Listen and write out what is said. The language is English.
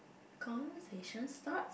conversation starts